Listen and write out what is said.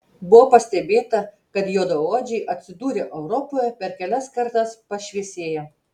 buvo pastebėta kad juodaodžiai atsidūrę europoje per kelias kartas pašviesėja